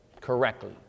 correctly